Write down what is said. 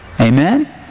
Amen